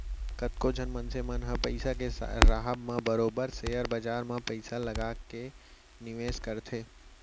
कतको झन मनसे मन ह पइसा के राहब म बरोबर सेयर बजार म पइसा लगा के निवेस करथे